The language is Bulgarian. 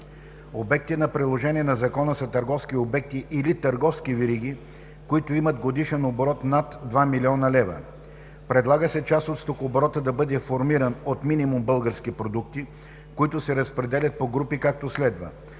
Обекти на приложение на Закона са търговски обекти или търговски вериги, които имат годишен оборот над 2 млн. лв. Предлага се част от стокооборота да бъде формиран от минимум български продукти, които се разпределят по групи, както следва: